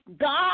God